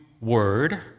word